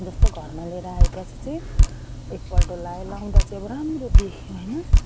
जस्तो घरमा लिएर आए पछि चाहिँ एक पल्ट लगाएँ लगाउँदा चाहिँ अब राम्रो देखियो होइन